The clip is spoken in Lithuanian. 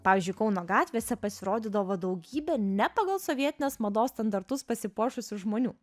pavyzdžiui kauno gatvėse pasirodydavo daugybė ne pagal sovietinės mados standartus pasipuošusių žmonių